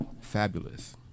Fabulous